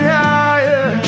higher